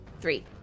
Three